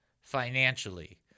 financially